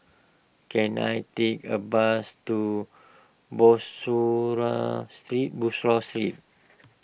can I take a bus to Bussorah Street Bussorah Street